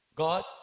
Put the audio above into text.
God